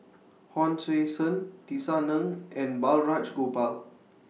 Hon Sui Sen Tisa Ng and Balraj Gopal